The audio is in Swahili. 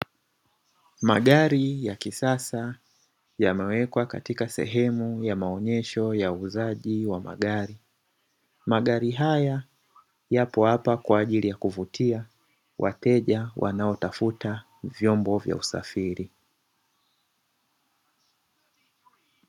Magari ya kisasa yameweka katika sehemu ya maonyesho ya uuzaji wa magari. Magari haya yapo hapa kwa ajili ya kuvutia wateja wanaotafuta vyombo vya usafiri.